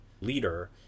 leader